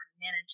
managing